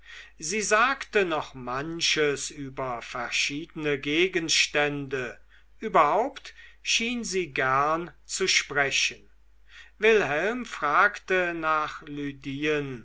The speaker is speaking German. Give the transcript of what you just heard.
sie sagte noch manches über verschiedene gegenstände überhaupt schien sie gern zu sprechen wilhelm fragte nach lydien